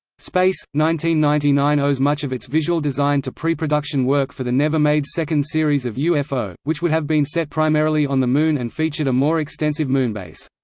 ninety ninety nine owes much of its visual design to pre-production work for the never-made second series of ufo, which would have been set primarily on the moon and featured a more extensive moonbase.